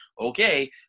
Okay